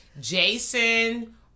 Jason